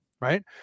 right